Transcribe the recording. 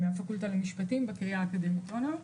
אני חוקרת מטעם הפקולטה למשפטים בקריה האקדמית אונו.